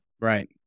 right